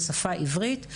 בשפה עברית,